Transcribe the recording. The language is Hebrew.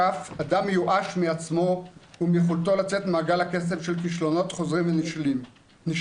אדם מיואש מעצמו ומיכולתו לצאת ממעגל הקסם של כישלונות חוזרים ונשנים,